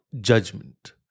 judgment